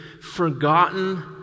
forgotten